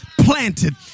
planted